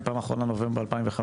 בפעם האחרונה זה היה בנובמבר 2015,